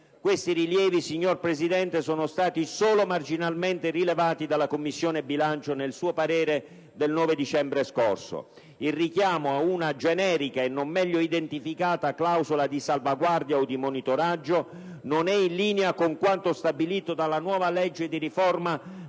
Questi rilievi, signor Presidente, sono stati solo marginalmente rilevati dalla Commissione bilancio nel suo parere del 9 dicembre scorso. Il richiamo ad una generica e non meglio identificata clausola di salvaguardia o di monitoraggio non è in linea con quanto stabilito dalla nuova legge di riforma